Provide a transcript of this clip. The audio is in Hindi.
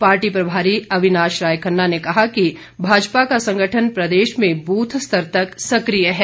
पार्टी प्रभारी अविनाश राय खन्ना ने कहा कि भाजपा का संगठन प्रदेश में बूथ स्तर तक सक्रिय है